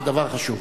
אה, זה דבר חשוב.